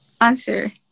answer